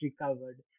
recovered